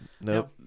nope